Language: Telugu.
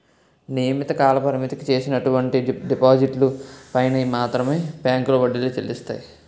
నియమిత కాలపరిమితికి చేసినటువంటి డిపాజిట్లు పైన మాత్రమే బ్యాంకులో వడ్డీలు చెల్లిస్తాయి